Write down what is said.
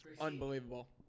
Unbelievable